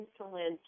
insulin